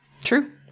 True